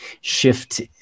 shift